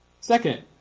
Second